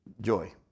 Joy